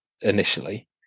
initially